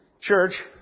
church